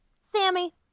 Sammy